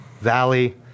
valley